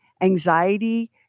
anxiety